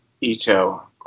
Ito